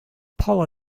paula